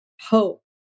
hope